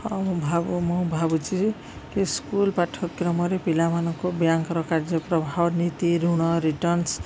ହଁ ମୁଁ ମୁଁ ଭାବୁଛି କି ସ୍କୁଲ ପାଠ୍ୟକ୍ରମରେ ପିଲାମାନଙ୍କୁ ବ୍ୟାଙ୍କର କାର୍ଯ୍ୟପ୍ରଭହ ନୀତି ଋଣ ରିଟର୍ଣ୍ଣସ